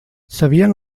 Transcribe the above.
sabien